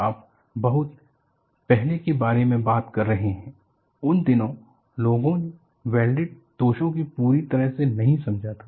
आप बहुत पहले के बारे में बात कर रहे हैं उन दिनों लोगों ने वेल्डेड दोषों को पूरी तरह से नहीं समझा था